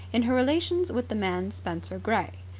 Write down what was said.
in her relations with the man spenser gray.